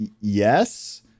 Yes